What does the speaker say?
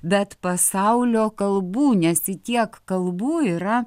bet pasaulio kalbų nes į tiek kalbų yra